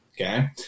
okay